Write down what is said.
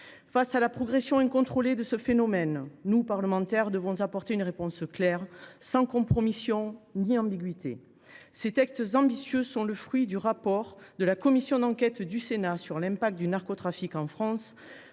Face à la progression incontrôlée du phénomène en question, nous, parlementaires, devons apporter une réponse claire, sans compromissions ni ambiguïtés. Ces textes ambitieux sont le fruit du rapport de la commission d’enquête du Sénat sur l’impact du narcotrafic en France,